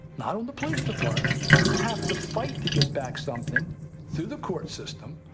not on the police department you have to fight to get back something through the court system